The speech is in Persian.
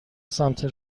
سمت